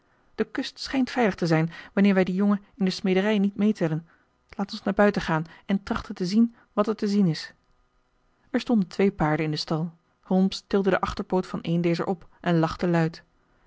de kust schijnt veilig te zijn wanneer wij dien jongen in de smederij niet meetellen laat ons naar buiten gaan en trachten te zien wat er te zien is er stonden twee paarden in den stal holmes tilde den achterpoot van een dezer op en lachte luid